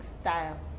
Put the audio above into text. style